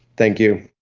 thank you.